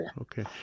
Okay